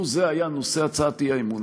לו זה היה נושא הצעת האי-אמון,